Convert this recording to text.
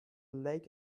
lake